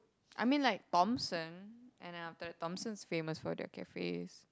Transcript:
I mean like Thomson and then after that Thomson's famous for their cafes